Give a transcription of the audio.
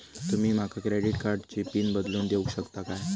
तुमी माका क्रेडिट कार्डची पिन बदलून देऊक शकता काय?